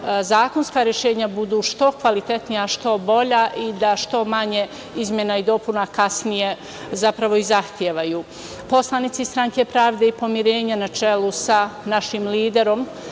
zakonska rešenja budu što kvalitetnija što bolja i da što manje izmena i dopuna kasnije zapravo i zahtevaju. Poslanici SPP na čelu sa našim liderom,